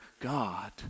God